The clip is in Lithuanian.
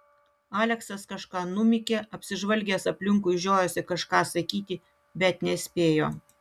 aleksas kažką numykė apsižvalgęs aplinkui žiojosi kažką sakyti bet nespėjo